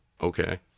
Okay